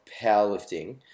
powerlifting